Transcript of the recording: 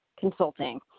consulting